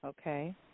Okay